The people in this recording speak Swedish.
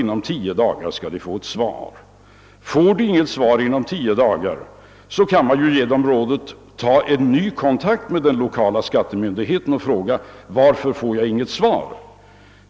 Inom tio dagar skall de erhålla ett svar på sin framställning. Får de inte det kan man ge dem rådet: Tag ny kontakt med den lokala skattemyndigheten och fråga varför de inte svarat!